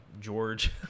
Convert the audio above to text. george